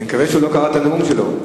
אני מקווה שהוא לא קרע את הנאום שלו.